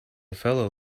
fellow